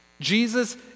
Jesus